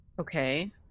Okay